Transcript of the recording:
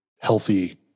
healthy